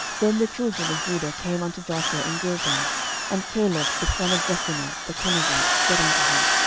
then the children of judah came unto joshua in gilgal and caleb the son of jephunneh the kenezite said unto him,